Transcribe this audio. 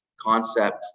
concept